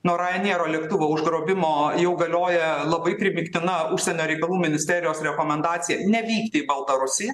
nuo ryanair lėktuvo užgrobimo jau galioja labai primygtina užsienio reikalų ministerijos rekomendacija nevykti į baltarusiją